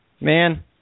Man